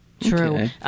True